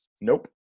nope